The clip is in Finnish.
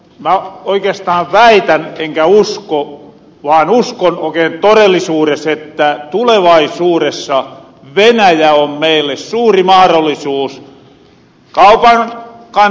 mä oikeastaan väitän enkä usko vaan uskon oikein torellisuures että tulevaisuuressa venäjä on meille suuri mahrollisuus kaupan kannalta